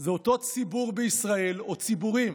זה אותו ציבור בישראל, ציבורים